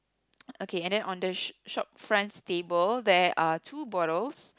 okay and then on the sh~ shop front table there are two bottles